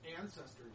ancestors